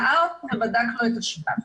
ראה אותו ובדק לו את השבב,